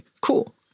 Cool